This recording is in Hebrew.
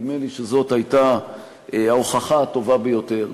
נדמה לי שזאת הייתה ההוכחה הטובה ביותר,